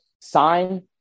sign